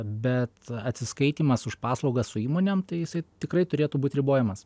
bet atsiskaitymas už paslaugas su įmonėm tai jisai tikrai turėtų būt ribojamas